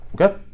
Okay